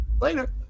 Later